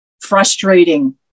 frustrating